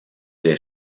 des